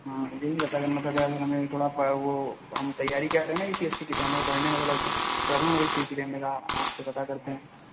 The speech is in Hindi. हाँ यहीं रहता है मतलब क्या है हमें थोड़ा प वह हम तैयारी कर रहे है ना यू पी एस सी की हमें पढ़ने में थोड़ा प्रॉबलम हो रही थी इसीलिए हमने कहा आपसे पता करते हैं